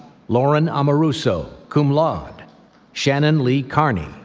lauren amoruso, cum laude shannon lee carney,